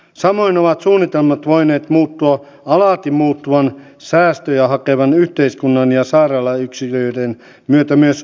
samoin ovat suunnitelmat voineet muuttua alati muuttuvan säästöjä hakevan yhteiskunnan ja sairaalayksiköiden myötä myös alan ammattilaisilla